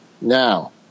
Now